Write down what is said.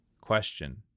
Question